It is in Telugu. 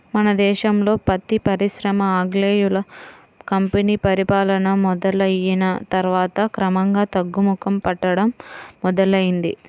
మన దేశంలో పత్తి పరిశ్రమ ఆంగ్లేయుల కంపెనీ పరిపాలన మొదలయ్యిన తర్వాత క్రమంగా తగ్గుముఖం పట్టడం మొదలైంది